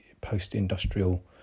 post-industrial